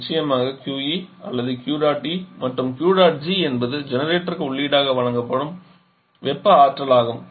நிச்சயமாக QE அல்லது Q dot E மற்றும் Q dot G என்பது ஜெனரேட்டருக்கு உள்ளீடாக வழங்கப்படும் வெப்ப ஆற்றல் ஆகும்